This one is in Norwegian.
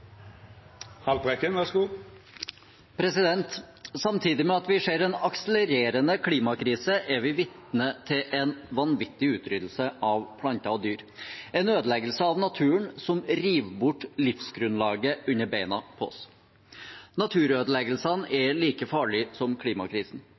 vi vitne til en vanvittig utryddelse av planter og dyr, en ødeleggelse av naturen som river bort livsgrunnlaget under beina på oss. Naturødeleggelsene